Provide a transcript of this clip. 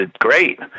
Great